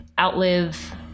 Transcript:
outlive